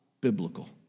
biblical